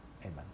amen